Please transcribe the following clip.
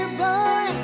boy